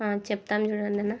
చెబుతాము చూడండి అన్నా